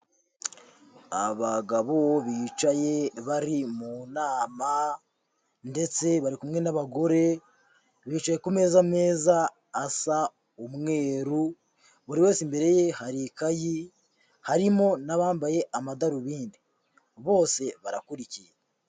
Abagabo bicaye bari mu nama ndetse bari kumwe n'abagore bicaye ku meza meza asa umweru, buri wese imbere ye hari ikayi, harimo n'abambaye amadarubindi, bose barakurikiye.